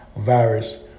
virus